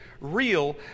real